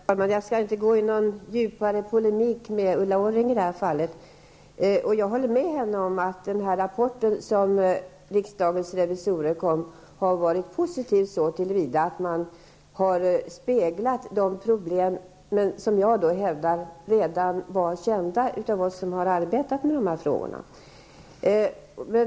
Herr talman! Jag skall inte gå i någon djupare polemik med Ulla Orring. Jag håller med henne om att rapporten från riksdagens revisorer har varit positiv så till vida att man har speglat de problem som jag hävdat redan var kända av oss som har arbetat med dessa frågor.